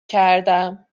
کردم